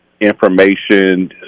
information